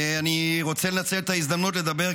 אני רוצה לנצל את ההזדמנות לדבר,